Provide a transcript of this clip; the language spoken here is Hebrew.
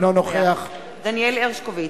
אינו נוכח דניאל הרשקוביץ,